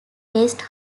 waste